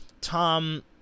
Tom